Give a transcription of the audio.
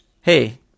hey